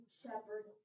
shepherd